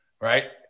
Right